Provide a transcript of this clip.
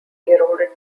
eroded